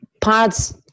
parts